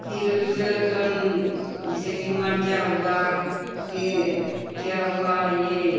फिर उसको तुरंत जैसे कि मिर्चा हुआ फिर क्या हुआ ये